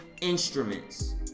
instruments